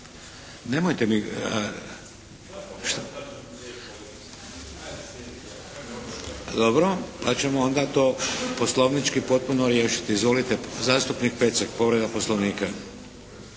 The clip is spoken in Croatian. Nemojte mi. Dobro, pa ćemo onda to poslovnički potpuno riješiti. Izvolite zastupnik Pecek, povreda Poslovnika.